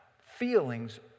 Feelings